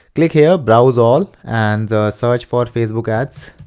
click here browse all. and search for facebook ads.